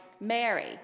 Mary